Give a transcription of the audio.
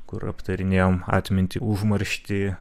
kur aptarinėjom atmintį užmarštį